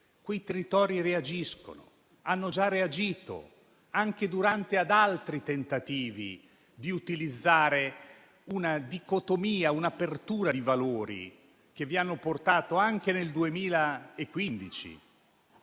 quei territori reagiscono. Hanno già reagito anche durante altri tentativi di utilizzare una dicotomia e un'apertura di valori che vi hanno portato, nel 2015